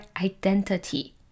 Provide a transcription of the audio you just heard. identity